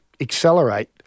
accelerate